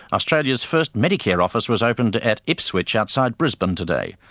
australia's first medicare office was opened at ipswich, outside brisbane, today.